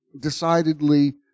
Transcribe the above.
decidedly